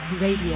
Radio